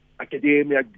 academia